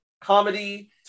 comedy